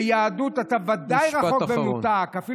ביהדות אתה ודאי רחוק ומנותק.